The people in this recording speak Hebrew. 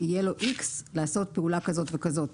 יהיה לו איקס לעשות פעולה כזאת וכזאת.